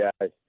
guys